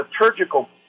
liturgical